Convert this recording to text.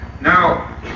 Now